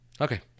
Okay